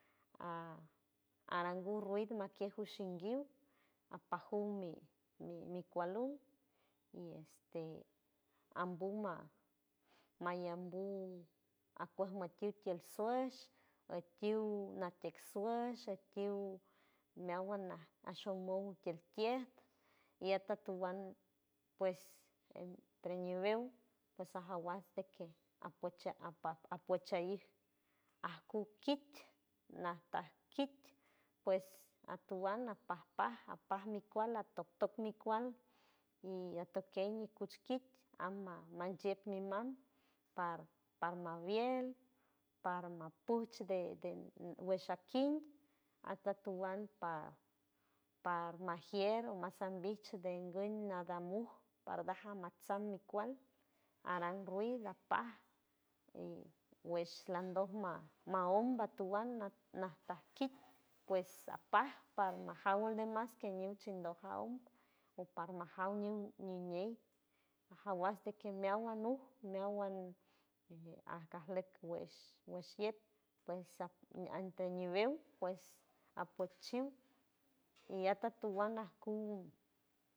A arangu ruit maquie jushinguiu apojunmi mi cualul y este ambuma mayambu acuej makiuj ti al soelch akiu natex soelch akiu meawand ashon mold kiel kiet y atotowand pues entre ñibeu pues ajaguas de que apueche apuechain acukit natakit pues atowand apapa apaj mi cual atotoc mi cual y atokey mi cuch kild ama manchield mi mam par parma biel parma puch de de wesharkin atotowand par par majier mas sandich de enguy nadan mu pardaja matsan mi cual aran ruid apaj y wesh landoc ma maonda atowand natakit pues apa parma jaward de mas que ñiu chendojaw o parma jauw ñiu ñiñeu ajaguas de que meawand ñu meawand arga lok wesh wesh shiet pues at entre ñibeu pues apuechut y atotowand aku.